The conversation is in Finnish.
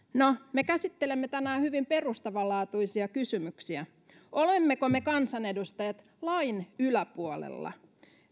me käsittelemme tänään hyvin perustavanlaatuisia kysymyksiä olemmeko me kansanedustajat lain yläpuolella